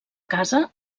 casa